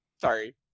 Sorry